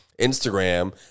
Instagram